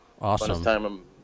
Awesome